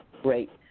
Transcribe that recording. great